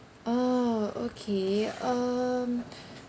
oh okay um